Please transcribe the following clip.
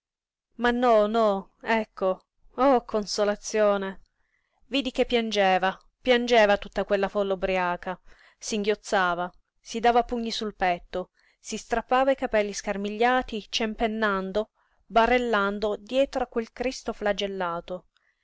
ma no no ecco oh consolazione vidi che piangeva piangeva tutta quella folla ubriaca singhiozzava si dava pugni sul petto si strappava i capelli scarmigliati cempennando barellando dietro a quel cristo flagellato